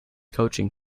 coaching